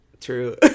True